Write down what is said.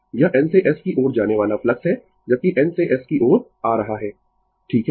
यह N से S की ओर जाने वाला फ्लक्स है जबकि N से S की ओर आ रहा है ठीक है